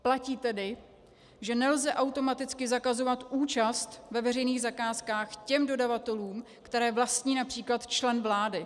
Platí tedy, že nelze automaticky zakazovat účast ve veřejných zakázkách těm dodavatelům, které vlastní například člen vlády.